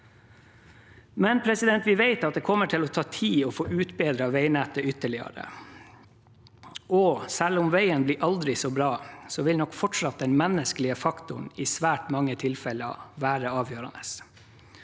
Men vi vet at det kommer til å ta tid å få utbedret veinettet ytterligere, og selv om veien blir aldri så bra, vil nok fortsatt den menneskelige faktoren i svært mange tilfeller være avgjørende.